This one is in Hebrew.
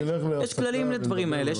יש כללים לדברים האלה,